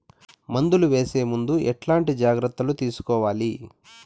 మందులు వేసే ముందు ఎట్లాంటి జాగ్రత్తలు తీసుకోవాలి?